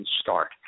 start